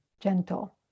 gentle